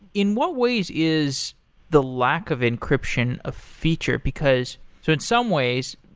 in what ways is the lack of encryption a feature, because so in some ways,